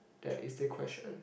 that is the question